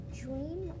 dream